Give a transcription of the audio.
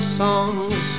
songs